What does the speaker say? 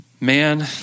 man